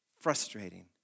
frustrating